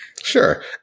Sure